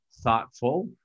thoughtful